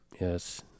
yes